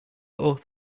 oath